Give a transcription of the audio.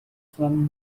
from